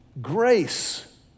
Grace